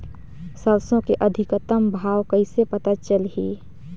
सरसो के अधिकतम भाव कइसे पता चलही?